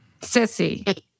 Sissy